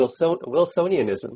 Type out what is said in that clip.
Wilsonianism